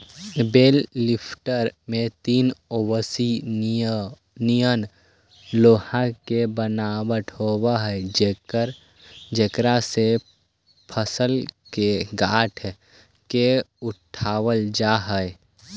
बेल lifter में तीन ओंकसी निअन लोहा के बनावट होवऽ हई जेकरा से फसल के गाँठ के उठावल जा हई